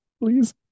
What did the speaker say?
Please